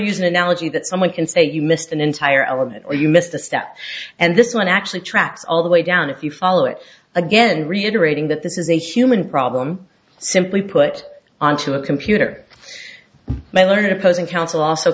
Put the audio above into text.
use an analogy that someone can say you missed an entire element or you missed a step and this one actually tracks all the way down if you follow it again reiterating that this is a human problem simply put onto a computer my learned opposing counsel also